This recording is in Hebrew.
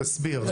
תסביר.